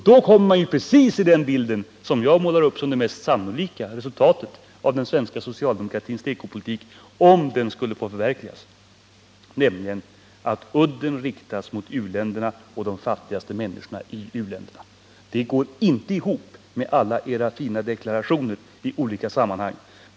Då får vi precis den bild som jag målade upp som det mest sannolika resultatet av den svenska socialdemokratins tekopolitik, om den skulle förverkligas. Då kommer udden att riktas mot u-länderna och mot de fattigaste människorna i u-länderna. Det går inte ihop med alla era fina deklarationer i olika sammanhang.